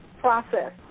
process